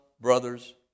brothers